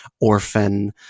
orphan